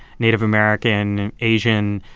native american, asian,